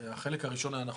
החלק הראשון היה נכון.